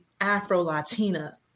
Afro-Latina